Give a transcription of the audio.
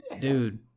Dude